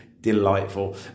delightful